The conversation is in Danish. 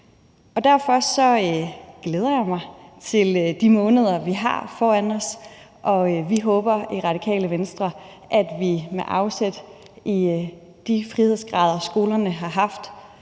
Derfor glæder jeg mig til de måneder, vi har foran os, og vi håber i Radikale Venstre, at vi med afsæt i de frihedsgrader, skolerne har haft